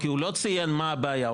ציין שיש בעיה.